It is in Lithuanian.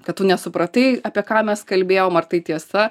kad tu nesupratai apie ką mes kalbėjom ar tai tiesa